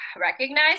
recognize